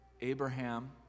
Abraham